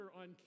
on